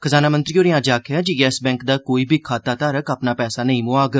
खजाना मंत्री होरें अज्ज आखेआ ऐ जे येस बैंक दा कोई बी खाता धारक अपना पैसा नेई मुहाग